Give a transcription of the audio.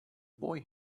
boy